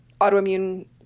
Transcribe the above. autoimmune